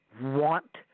want